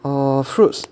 or fruits